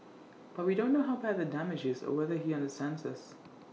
but we don't know how bad the damage is or whether he understands us